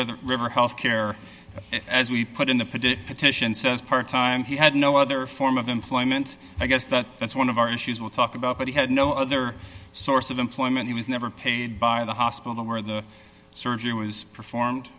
river river health care as we put in the petition says part time he had no other form of employment i guess that that's one of our issues we'll talk about but he had no other source of employment he was never paid by the hospital where the surgery was performed